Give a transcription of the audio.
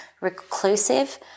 reclusive